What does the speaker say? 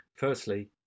Firstly